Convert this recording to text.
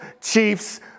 Chiefs